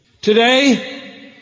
Today